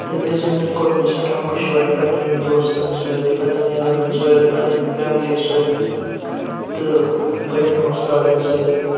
تہٕ تہِ زٲنِتھ کوٚر مےٚ سٮ۪ٹھاہ مشوَرٕ پَنٛنٮ۪ن دوستَن سۭتۍ پَنٛنٮ۪ن یارَن سۭتۍ پنٛنٮ۪ن فیملی سۭتۍ تہٕ پنٛنٮ۪ن وۄستادَن سۭتۍ